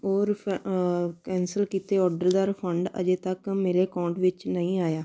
ਉਹ ਰਿਫ ਕੈਂਸਲ ਕੀਤੇ ਔਡਰ ਦਾ ਰਿਫੰਡ ਅਜੇ ਤੱਕ ਮੇਰੇ ਅਕੋਂਟ ਵਿੱਚ ਨਹੀਂ ਆਇਆ